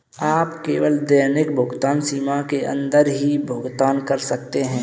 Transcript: आप केवल दैनिक भुगतान सीमा के अंदर ही भुगतान कर सकते है